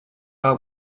our